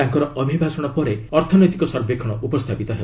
ତାଙ୍କର ଅଭିଭାଷଣ ପରେ ଅର୍ଥମନ୍ତ୍ରୀଙ୍କର ସର୍ବେକ୍ଷଣ ଉପସ୍ଥାପିତ ହେବ